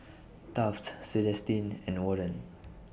Taft Celestine and Warren